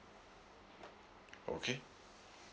okay